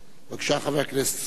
בבקשה, חבר הכנסת סוייד.